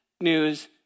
news